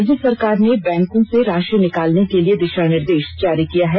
राज्य सरकार ने बैंकों से राशि निकालने के लिए दिशा निर्देश जारी किया है